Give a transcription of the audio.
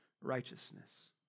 righteousness